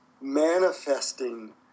manifesting